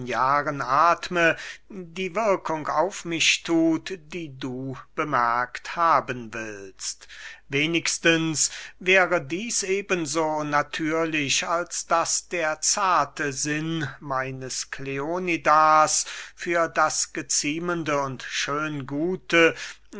jahren athme die wirkung auf mich thut die du bemerkt haben willst wenigstens wäre dieß eben so natürlich als daß der zarte sinn meines kleonidas für das geziemende und